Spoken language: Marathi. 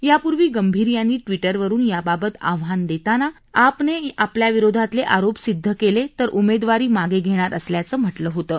यापूर्वी गंभीर यांनी ट्विटरवरून याबाबत आव्हान देताना आपने आपल्याविरोधातले आरोप सिद्ध केले तर उमेदवारी मागे घेणार असल्याचं म्हटलं होतं